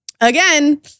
again